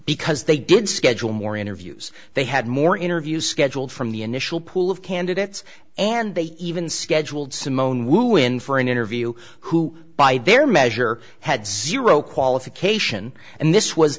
because they did schedule more interviews they had more interviews scheduled from the initial pool of candidates and they even scheduled simone wu in for an interview who by their measure had zero qualification and this was